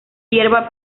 hierba